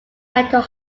mental